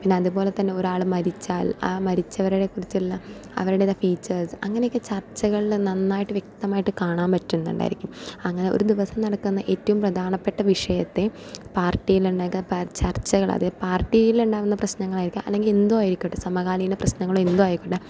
പിന്നെ അതുപോലെതന്നെ ഒരാളും മരിച്ചാൽ ആ മരിച്ചവരെ കുറിച്ചുള്ള അവരുടെ ഫീച്ചേഴ്സ് അങ്ങനെയൊക്കെ ചർച്ചകളിൽ നന്നായി വ്യക്തമായി കാണാൻ പറ്റുന്നുണ്ടായിരിക്കും അങ്ങനെ ഒരു ദിവസം നടക്കുന്ന ഏറ്റവും പ്രധാനപ്പെട്ട വിഷയത്തെ പാർട്ടിയിൽ അല്ലാതെ ചർച്ചകൾ പാർട്ടിയിൽ ഉണ്ടാകുന്ന പ്രശ്നങ്ങൾ ആയിരിക്കും അല്ലെങ്കിൽ എന്തുമായിക്കോട്ടെ സമകാലിക പ്രശ്നങ്ങളോ എന്തുമായിക്കോട്ടെ